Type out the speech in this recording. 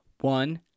One